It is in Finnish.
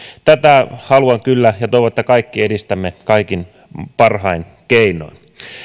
tätä haluan ja toivon että kaikki edistämme kaikin parhain keinoin